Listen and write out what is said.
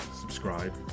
subscribe